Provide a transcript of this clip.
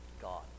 God